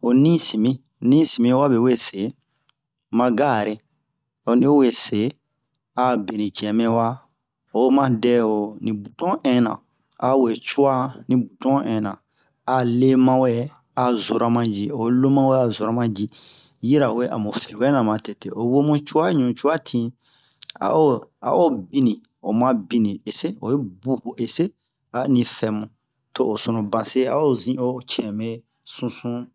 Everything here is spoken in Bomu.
ho nisinmi nisinmi wabe we se ma gare ho ni o we se a beni cɛmɛ waa oma dɛ ho ni buton ɛnna a we cuwa ni buton ɛnna a le mawɛ a zora ma ji o lo mawe a zora ma ji yirawe amu fi wɛna matete o wo mu cuwa ɲu cuwa tin a o a o binni oma binni ese oyi bu ni ese ani fɛ mu to o sunu ban se a o zin o cɛmɛ sunsun